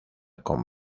con